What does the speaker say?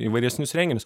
įvairesnius renginius